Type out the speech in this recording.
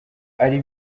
ari